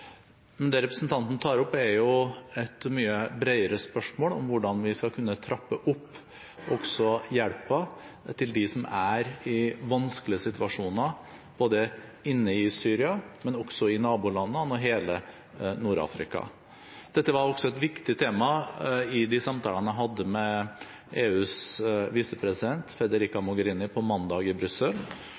Men det representanten tar opp, er et mye bredere spørsmål om hvordan vi skal kunne trappe opp hjelpen til dem som er i vanskelige situasjoner, ikke bare inne i Syria og i nabolandene, men også i hele Nord-Afrika. Dette var også et viktig tema i de samtalene jeg hadde med EUs visepresident, Federica Mogherini, på mandag i Brussel,